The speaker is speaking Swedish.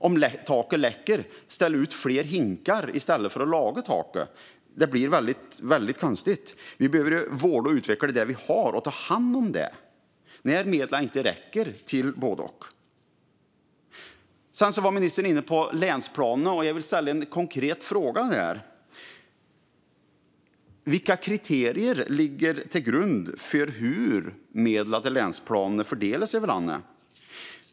Om taket läcker, ställ ut fler hinkar i stället för att laga taket. Det blir mycket konstigt. Vi behöver vårda och utveckla det vi har när medlen inte räcker till både och. Ministern tog upp länsplanerna. Jag vill ställa en konkret fråga. Vilka kriterier ligger till grund för hur medlen till länsplanerna fördelas över landet?